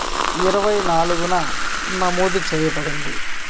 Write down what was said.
ఇరవై నాలుగున నమోదు చెయ్యబడింది